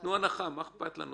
תנו הנחה, מה אכפת לנו.